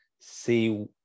see